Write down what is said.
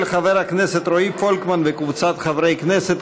של חבר הכנסת רועי פולקמן וקבוצת חברי הכנסת,